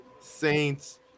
Saints